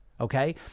okay